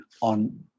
on